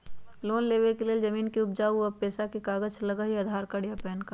Loan लेवेके लेल जमीन के कागज या पेशा के कागज लगहई या आधार कार्ड या पेन कार्ड?